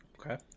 Okay